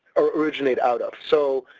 or originate out of. so,